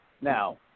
now